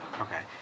Okay